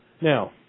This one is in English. Now